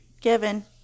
Given